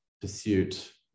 pursuit